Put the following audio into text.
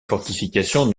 fortifications